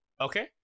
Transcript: Okay